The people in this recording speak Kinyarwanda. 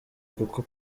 kuko